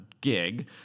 gig